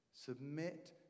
Submit